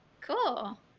Cool